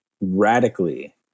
radically